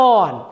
on